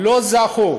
לא זכו